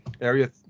area